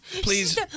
Please